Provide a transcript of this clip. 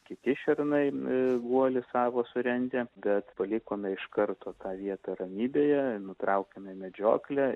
kiti šernai i guolį savo surentę bet palikome iš karto tą vietą ramybėje nutraukėme medžioklę